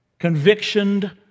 convictioned